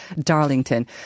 Darlington